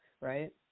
Right